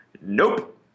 Nope